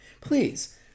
Please